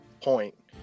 point